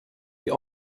die